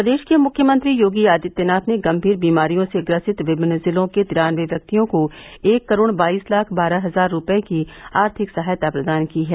प्रदेश के मुख्यमंत्री योगी आदित्यनाथ ने गम्मीर बीमारियों से ग्रसित विभिन्न जिलों के तिरान्नबे व्यक्तियों को एक करोड़ बाईस लाख बारह हजार रूपये की आर्थिक सहायता प्रदान की है